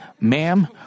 ma'am